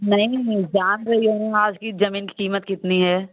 नहीं नहीं जान रही हो ना आज की ज़मीन की कीमत कितनी है